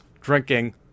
drinking